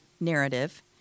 narrative